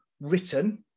written